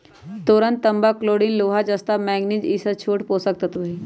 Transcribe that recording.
boron तांबा chlorine लोहा जस्ता मैग्निज ई स छोट पोषक तत्त्व हई